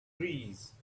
breeze